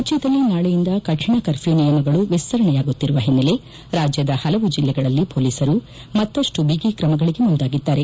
ರಾಜ್ಯದಲ್ಲಿ ನಾಳೆಯಿಂದ ಕಠಿಣ ಕರ್ಫ್ಯೂ ನಿಯಮಗಳು ವಿಸ್ತರಣೆಯಾಗುತ್ತಿರುವ ಹಿನ್ನೆಲೆ ರಾಜ್ಯದ ಹಲವು ಜಿಲ್ಲೆಗಳಲ್ಲಿ ಮೊಲೀಸರು ಮತ್ತಷ್ಟು ಬಿಗಿ ತ್ರಮಗಳಿಗೆ ಮುಂದಾಗಿದ್ದಾರೆ